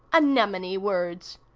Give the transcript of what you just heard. anemone words.